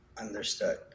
Understood